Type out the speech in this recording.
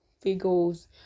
figures